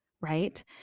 right